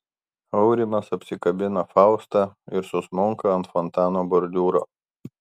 aurimas apsikabina faustą ir susmunka ant fontano bordiūro